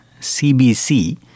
CBC